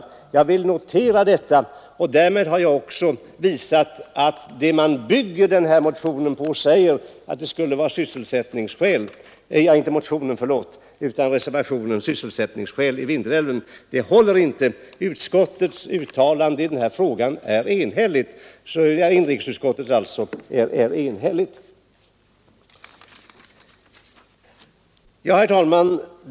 Jag vill notera detta, och därmed har jag också visat att det centern bygger denna reservation på — sysselsättningen i Vindelälvsområdet — inte håller; utskottets uttalande i denna fråga är också enhälligt. Herr talman!